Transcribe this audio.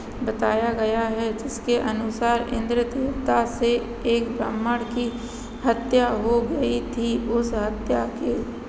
बताया गया है जिसके अनुसार इन्द्र देवता से एक ब्राह्मण की हत्या हो गई थी उस हत्या के